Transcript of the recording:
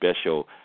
special